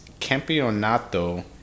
Campeonato